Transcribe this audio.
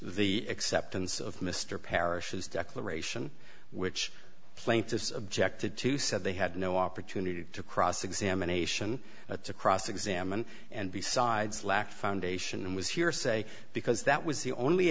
the acceptance of mr parrish's declaration which plaintiffs objected to said they had no opportunity to cross examination to cross examine and besides lacked foundation was hearsay because that was the only